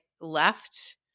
left